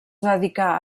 dedicà